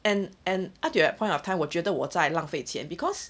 and and up to that point of time 我觉得我在浪费钱 because